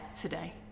today